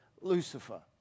Lucifer